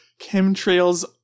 chemtrails